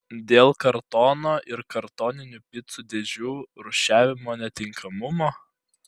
dėl kartono ir kartoninių picų dėžių rūšiavimo netinkamumo